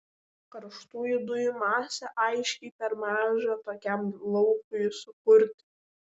karštųjų dujų masė aiškiai per maža tokiam laukui sukurti